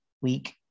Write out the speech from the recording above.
week